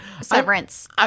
Severance